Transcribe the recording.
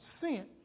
sent